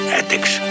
ethics